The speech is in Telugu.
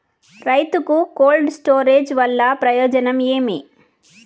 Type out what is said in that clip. రైతుకు కోల్డ్ స్టోరేజ్ వల్ల ప్రయోజనం ఏమి?